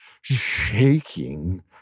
shaking